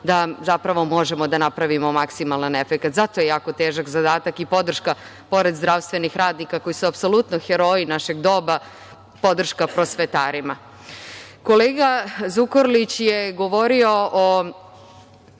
da možemo da napravimo maksimalan efekat. Zato je jako težak zadatak i podrška pored zdravstvenih radnika koji su apsolutni heroji našeg doba, podrška prosvetarima. Kolega Zukorlić je govorio